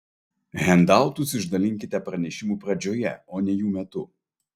hendautus išdalinkite pranešimų pradžioje o ne jų metu